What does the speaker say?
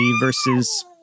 versus